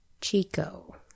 Chico